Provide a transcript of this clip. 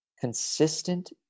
Consistent